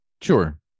Sure